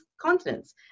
continents